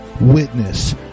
witness